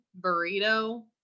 burrito